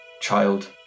child